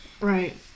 right